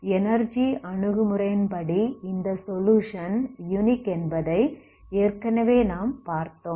energy அணுகுமுறையின்படி இந்த solution unique என்பதை ஏற்கனவே நாம் பார்த்தோம்